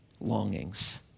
longings